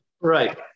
Right